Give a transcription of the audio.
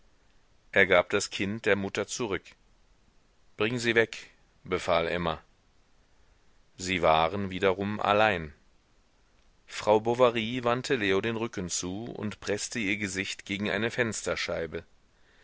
er gab das kind der mutter zurück bring sie weg befahl emma sie waren wiederum allein frau bovary wandte leo den rücken zu und preßte ihr gesicht gegen eine fensterscheibe